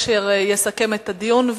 אשר יסכם את הדיון.